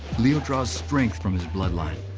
leo draw strength from his bloodline,